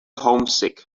homesick